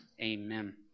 Amen